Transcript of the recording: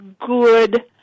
good